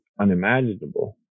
unimaginable